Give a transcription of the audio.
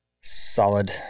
Solid